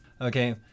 okay